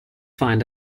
find